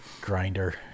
grinder